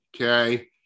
Okay